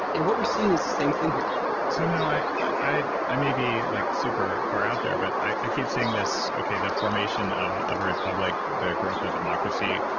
and what we're seeing is the same thing here so now i i may be like super far out there, but i keep seeing this, okay, the formation of of a republic, the growth of democracy,